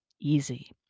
easy